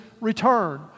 return